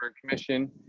commission